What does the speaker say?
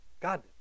God